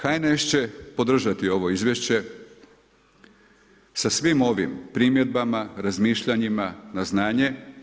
HNS će podržati ovo izvješće, sa svim ovim primjedbama, razmišljanjima na znanje.